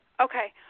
Okay